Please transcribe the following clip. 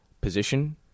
position